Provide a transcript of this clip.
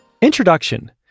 Introduction